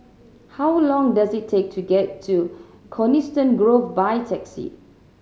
how long does it take to get to Coniston Grove by taxi